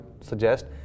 suggest